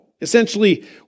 Essentially